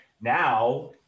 Now